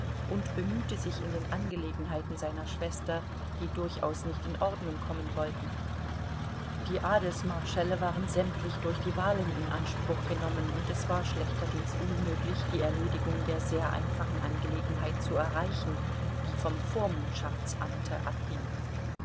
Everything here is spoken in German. und bemühte sich in den angelegenheiten seiner schwester die durchaus nicht in ordnung kommen wollten die adelsmarschälle waren sämtlich durch die wahlen in anspruch genommen und es war schlechterdings unmöglich die erledigung der sehr einfachen angelegenheit zu erreichen die vom vormundschaftsamte abhing